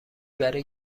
برای